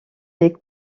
les